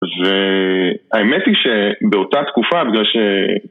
והאמת היא שבאותה תקופה, בגלל ש...